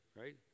right